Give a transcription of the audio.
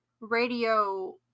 radio